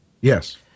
Yes